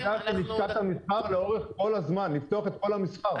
עמדת לשכת המסחר לאורך כל הזמן הייתה לפתוח את כל המסחר.